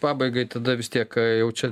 pabaigai tada vis tiek jau čia